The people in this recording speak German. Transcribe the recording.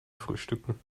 frühstücken